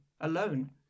alone